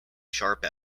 sharp